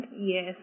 Yes